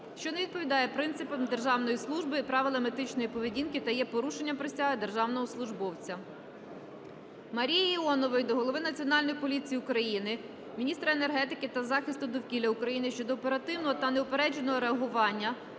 що не відповідає принципам державної служби і правилам етичної поведінки та є порушенням Присяги державного службовця. Марії Іонової до голови Національної поліції України, міністра енергетики та захисту довкілля України щодо оперативного та неупередженого реагування